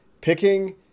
picking